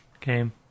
game